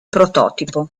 prototipo